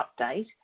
update